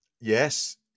Yes